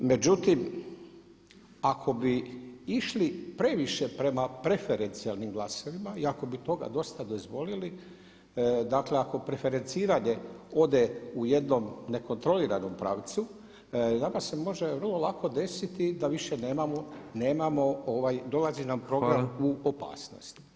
Međutim, ako bi išli previše prema preferencijalnim glasovima i ako bi toga dosta dozvolili, dakle ako preferenciranje ode u jednom nekontroliranom pravcu nama se može vrlo lako desiti da više nemamo, nemamo, dolazi nam program u opasnost.